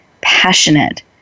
passionate